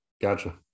Gotcha